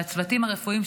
הצוותים הרפואיים,